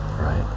right